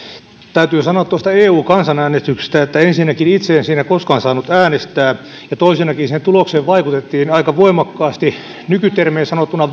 täytyy sanoa tuosta eu kansanäänestyksestä että ensinnäkään itse en siinä koskaan saanut äänestää ja toiseksi sen tulokseen vaikutettiin aika voimakkaasti nykytermein sanottuna